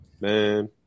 man